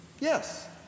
Yes